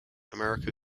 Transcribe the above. america